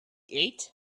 eighth